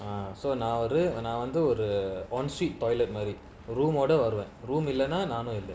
um so நான்வந்துநான்ஒரு:nan vandhu na oru the en suite toilet மாதிரி:madhiri room order or the what room இல்லனாநானும்:illana nanum